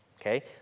okay